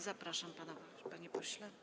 Zapraszam pana, panie pośle.